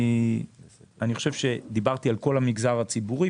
אני חושב שדיברתי על כל המגזר הציבורי,